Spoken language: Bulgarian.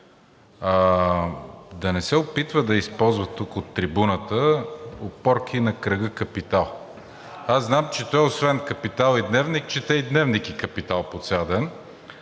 да не се опитва да използва тук, от трибуната, опорки на кръга „Капитал“. Аз знам, че той освен „Капитал“ и „Дневник“, чете и „Дневник“, и „Капитал“ по цял ден.